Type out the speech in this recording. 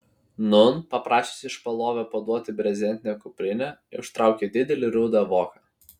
nūn paprašęs iš palovio paduoti brezentinę kuprinę ištraukė didelį rudą voką